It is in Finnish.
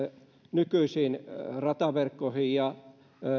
nykyisiin rataverkkoihin ja